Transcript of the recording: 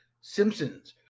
Simpsons